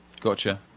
gotcha